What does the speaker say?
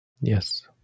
Yes